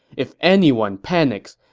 if anyone panics,